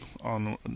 on